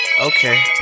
Okay